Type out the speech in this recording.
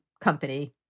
company